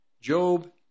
Job